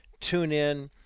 TuneIn